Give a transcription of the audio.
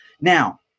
Now